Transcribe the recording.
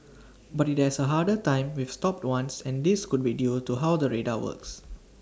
but IT has A harder time with stopped ones and this could be due to how the radar works